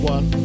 one